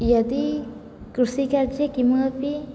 यदि कृषिकार्ये किमपि